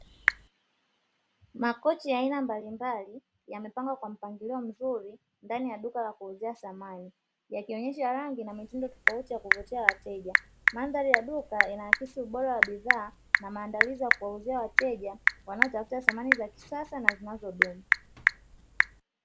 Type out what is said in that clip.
Makochi ya aina mbalimbali yamepangwa katika mpangilio mzuri ndani ya duka la kuuzia samani, yakionyesha rangi na mitindo tofauti ya kuvutia wateja, mandhari ya duka inaakisi ubora wa bidhaa maandalizi ya kuuzia wateja wanaotafuta samani za kisasa na zinazodumu.